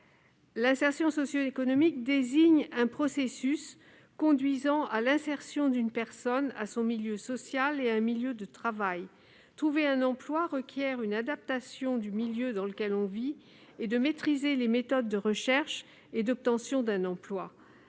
l'insertion socio-économique, laquelle désigne un processus conduisant à l'insertion d'une personne dans son milieu social et dans un milieu de travail. Trouver un emploi requiert une adaptation au milieu dans lequel on vit et une maîtrise des méthodes de recherche et d'obtention d'un emploi.